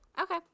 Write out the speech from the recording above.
Okay